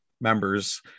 members